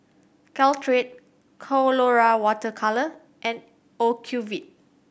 Caltrate Colora Water Colours and Ocuvite